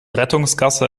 rettungsgasse